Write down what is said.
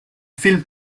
film